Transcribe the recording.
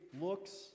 looks